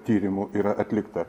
tyrimų yra atlikta